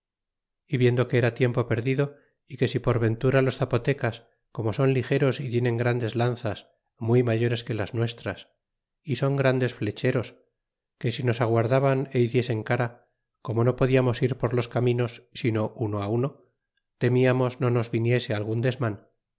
y viendo que era tiempo perdido y que si por ventura los zapotecas como son ligeros y tienen grandes lanzas muy mayores que las nuestras y son grandes flecheros que si nos aguardaban é hiciesen cara como no podiamos ir por los caminos sino uno á uno temiamos no nos viniese algun desman